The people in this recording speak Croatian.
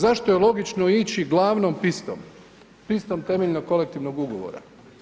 Zašto je logično ići glavnom pistom, pistom temeljnog kolektivnog ugovora?